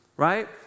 right